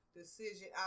decision